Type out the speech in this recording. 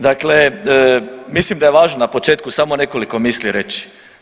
Dakle, mislim da je važno na početku samo nekoliko misli reći.